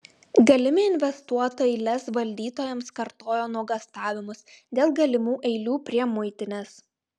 galimi investuotojai lez valdytojams kartojo nuogąstavimus dėl galimų eilių prie muitinės